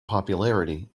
popularity